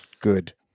Good